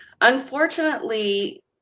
Unfortunately